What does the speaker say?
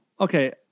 Okay